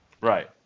right